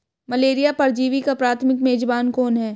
Malaria परजीवी का प्राथमिक मेजबान कौन है?